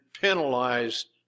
penalized